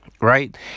Right